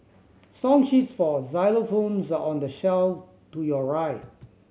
song sheets for xylophones are on the shelf to your right